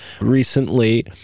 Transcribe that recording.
recently